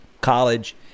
college